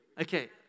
Okay